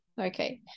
okay